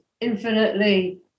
infinitely